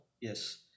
Yes